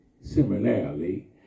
Similarly